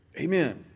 Amen